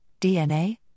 DNA